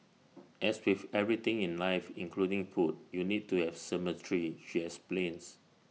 as with everything in life including food you need to have symmetry she explains